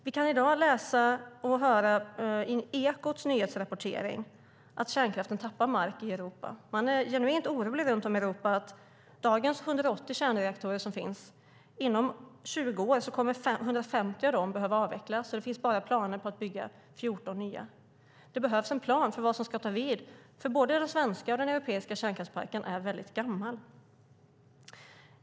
Vi kan i Ekots nyhetsrapportering i dag läsa och höra hur kärnkraften tappar mark i Europa. Man är runt om i Europa genuint orolig för att 150 av de 180 reaktorer som i dag finns kommer att behöva avvecklas inom 20 år. Det finns bara planer på att bygga 14 nya. Det behövs en plan för vad som ska ta vid, för både den svenska och den europeiska kärnkraftsparken är väldigt gammal.